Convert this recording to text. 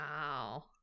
Wow